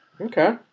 okay